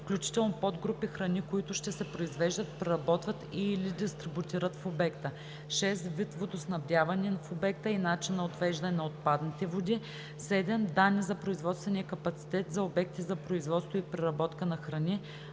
включително подгрупи храни, които ще се произвеждат, преработват и/или дистрибутират в обекта; 6. вид водоснабдяване в обекта и начин на отвеждане на отпадните води; 7. данни за производствения капацитет – за обекти за производство и преработка на храни;